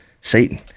Satan